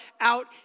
out